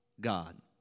God